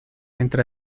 entre